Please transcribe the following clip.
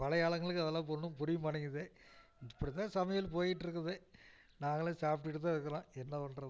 பழைய ஆளுங்களுக்கு அதெல்லாம் இப்போ ஒன்றும் புரிய மாட்டேங்குது இப்படித் தான் சமையல் போய்ட்ருக்குது நாங்களும் சாப்பிட்டுட்டுத் தான் இருக்கிறோம் என்ன பண்ணுறது